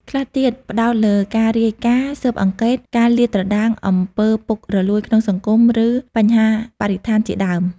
ខ្លះទៀតផ្តោតលើការរាយការណ៍ស៊ើបអង្កេត ការលាតត្រដាងអំពើពុករលួយក្នុងសង្គម ឬបញ្ហាបរិស្ថានជាដើម។